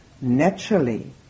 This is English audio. naturally